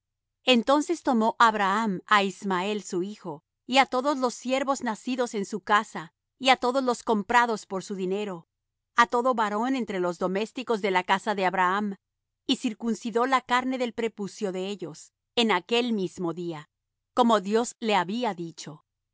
entonces tomó abraham á ismael su hijo y á todos los siervos nacidos en su casa y á todos los comprados por su dinero á todo varón entre los domésticos de la casa de abraham y circuncidó la carne del prepucio de ellos en aquel mismo día como dios le había dicho